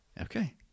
Okay